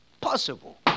possible